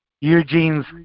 Eugene's